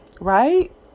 Right